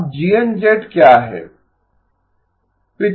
अब GN क्या है